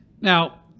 Now